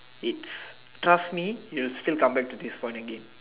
it's trust me you will still come back to this point